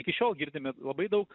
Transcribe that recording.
iki šiol girdime labai daug